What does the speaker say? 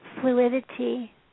fluidity